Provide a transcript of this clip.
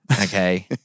okay